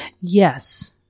yes